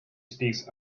speaks